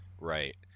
Right